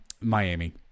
Miami